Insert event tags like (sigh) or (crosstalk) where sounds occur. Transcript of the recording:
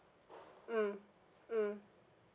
(noise) mm mm